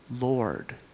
Lord